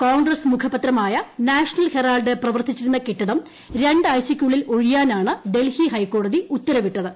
കോൺഗ്രസ് മുഖപത്രമായ National Herald പ്രവർത്തിച്ചിരുന്ന കെട്ടിടം ര ാഴ്ചക്കുള്ളിൽ ഒഴിയാനാണ് ഡൽഹി ഹൈക്കോടതി ഉത്തരവിട്ടത്